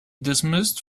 dismissed